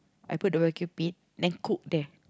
I put the barbecue pit then cook there